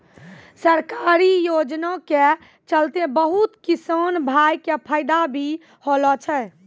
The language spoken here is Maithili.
सरकारी योजना के चलतैं बहुत किसान भाय कॅ फायदा भी होलो छै